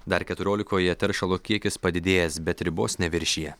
dar keturiolikoje teršalo kiekis padidėjęs bet ribos neviršija